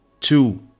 Two